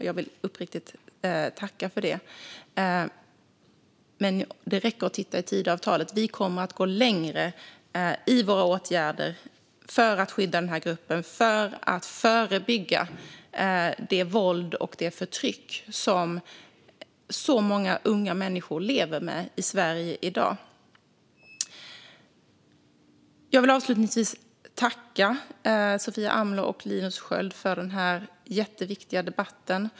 Jag vill uppriktigt tacka för det, men det räcker att titta i Tidöavtalet för att se att regeringen kommer att gå längre i sina åtgärder för att skydda den här gruppen och förebygga det våld och det förtryck som så många unga människor lever med i Sverige i dag. Jag vill avslutningsvis tacka Sofia Amloh och Linus Sköld för den här jätteviktiga debatten.